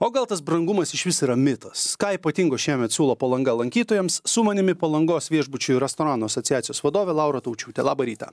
o gal tas brangumas išvis yra mitas ką ypatingo šiemet siūlo palanga lankytojams su manimi palangos viešbučių restoranų asociacijos vadovė laura taučiūtė labą rytą